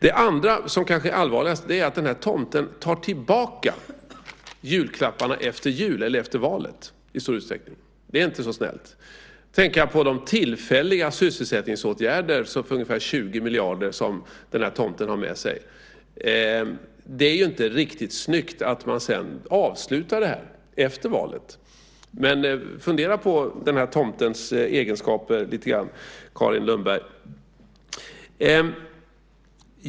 Det andra, som kanske är det allvarligaste, är att den här tomten tar tillbaka julklapparna efter jul eller efter valet. Det är inte så snällt. Då tänker jag på de tillfälliga sysselsättningsåtgärder som omfattar ca 20 miljarder som tomten har med sig. Det är ju inte riktigt snyggt att man avslutar detta efter valet. Fundera lite grann på den här tomtens egenskaper, Carin Lundberg!